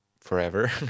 forever